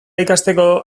ikasteko